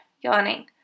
yawning